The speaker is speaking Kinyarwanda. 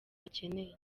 bakeneye